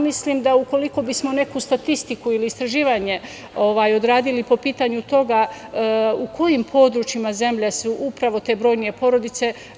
Mislim da ukoliko bismo neku statistiku ili istraživanje odradili po pitanju toga u kojim područjima zemlje su upravo te brojnije porodice.